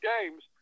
games